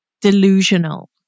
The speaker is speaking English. delusional